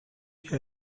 has